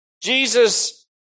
Jesus